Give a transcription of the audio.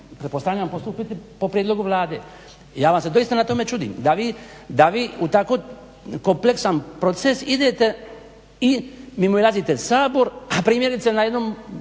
pretpostavljam postupiti po prijedlogu Vlade. Ja vam se iskreno na tome čudim, da vi u tako kompleksan proces idete i mimoizlazite Sabor, a primjerice na jednom